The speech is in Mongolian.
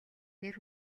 нэр